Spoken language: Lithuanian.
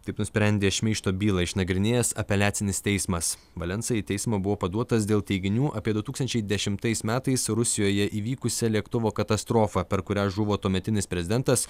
taip nusprendė šmeižto bylą išnagrinėjęs apeliacinis teismas valensa į teismą buvo paduotas dėl teiginių apie du tūkstančiai dešimtais metais rusijoje įvykusią lėktuvo katastrofą per kurią žuvo tuometinis prezidentas